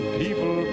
people